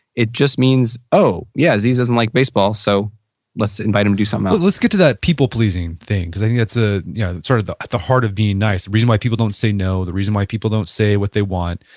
it just means, oh yeah, aziz doesn't like baseball so let's invite him to do something else. let's get to that people pleasing thing because i think that's ah yeah sort of at the heart of being nice. reason why people don't say no. the reason why people don't say what they want.